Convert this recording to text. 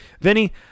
Vinny